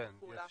כן,